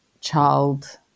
child